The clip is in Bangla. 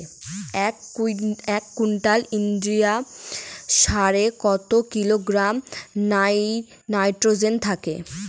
এক কুইন্টাল ইউরিয়া সারে কত কিলোগ্রাম নাইট্রোজেন থাকে?